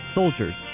soldiers